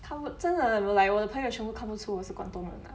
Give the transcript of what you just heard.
他们真的 like 我的朋友全部看不出我是广东人啊